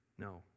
No